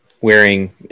wearing